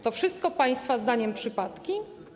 To wszystko państwa zdaniem przypadki?